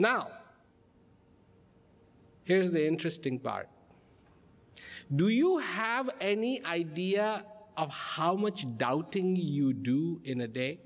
now here's the interesting part do you have any idea of how much doubtingly you do in a day